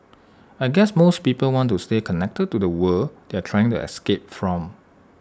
I guess most people want to stay connected to the world they are trying to escape from